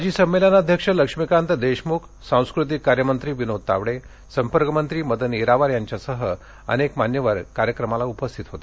माजी समेलनाध्यक्ष लक्ष्मीकांत देशमुख सास्कृतिक कार्य मंत्री विनोद तावडे संपर्कमंत्री मदन येरावार यांच्यासह अनेक मान्यवर कार्यक्रमाला उपस्थित होते